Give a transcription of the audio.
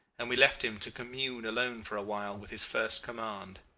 and we left him to commune alone for awhile with his first command.